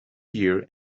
here